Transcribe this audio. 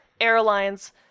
airline's